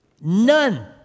None